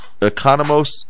Economos